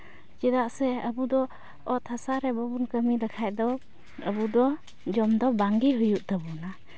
ᱪᱮᱫᱟᱜ ᱥᱮ ᱟᱵᱚ ᱫᱚ ᱚᱛ ᱦᱟᱥᱟ ᱨᱮ ᱵᱟᱵᱚᱱ ᱠᱟᱹᱢᱤ ᱞᱮᱠᱷᱟᱱ ᱫᱚ ᱟᱵᱚ ᱫᱚ ᱡᱚᱢ ᱫᱚ ᱵᱟᱝ ᱜᱮ ᱦᱩᱭᱩᱜ ᱛᱟᱵᱚᱱᱟ